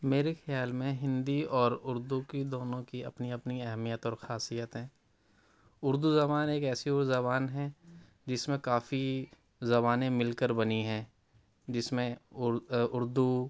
میرے خیال میں ہندی اور اردو کی دونوں کی اپنی اپنی اہمیت اور خاصیت ہیں اردو زبان ایک ایسی وہ زبان ہے جس میں کافی زبانیں مل کر بنی ہیں جس میں اردو